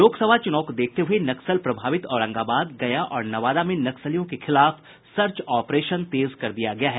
लोकसभा चुनाव को देखते हुए नक्सल प्रभावित औरंगाबाद गया और नवादा में नक्सलियों के खिलाफ सर्च ऑपरेशन तेज कर दिया गया है